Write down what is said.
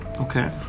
Okay